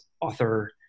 author